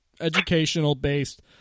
educational-based